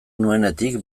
nuenetik